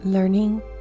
Learning